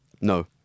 No